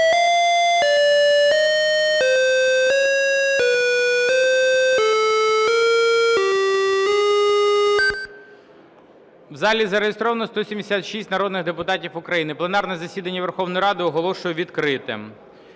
У залі зареєстровано 176 народних депутатів України. Пленарне засідання Верховної Ради оголошую відкритим.